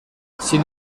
sin